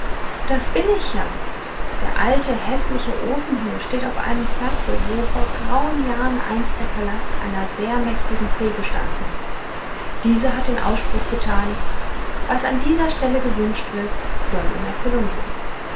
das bin ich ja der alte häßliche ofen hier steht auf einem platze wo vor grauen jahren einst der palast einer sehr mächtigen fee gestanden hat diese hat den ausspruch getan was an dieser stelle gewünscht wird soll in erfüllung gehen